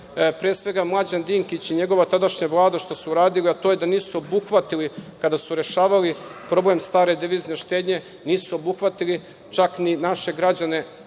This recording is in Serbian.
pre svega Mlađan Dinkić i njegova tadašnja Vlada radili, a to je da nisu obuhvatili kada su rešavali problem stare devizne štednje, nisu obuhvatili čak ni naše građane